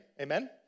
Amen